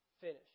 finish